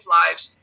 lives